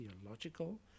theological